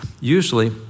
Usually